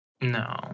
no